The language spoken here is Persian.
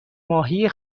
ماهی